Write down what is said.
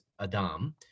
Adam